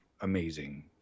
amazing